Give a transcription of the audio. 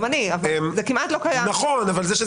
גם אני, אבל זה כמעט לא קיים.